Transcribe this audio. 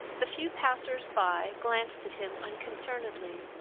the few passers-by glanced at him unconcernedly,